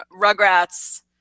Rugrats